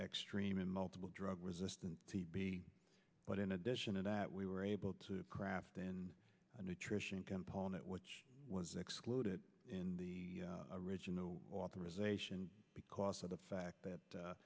extreme in multiple drug resistant tb but in addition to that we were able to craft in a nutrition component which was excluded in the original authorization because of the fact that